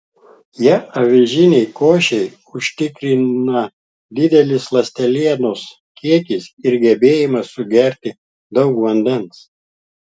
ją avižinei košei užtikrina didelis ląstelienos kiekis ir gebėjimas sugerti daug vandens